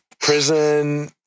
prison